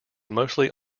mostly